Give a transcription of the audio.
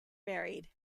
married